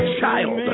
child